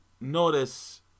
notice